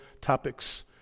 topics